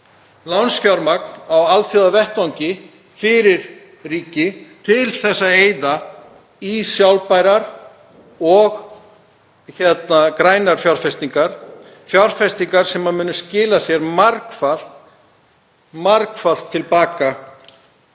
lánsfjármagn á alþjóðavettvangi fyrir ríki til að eyða í sjálfbærar og grænar fjárfestingar, fjárfestingar sem munu skila sér margfalt til baka